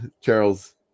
Charles